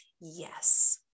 Yes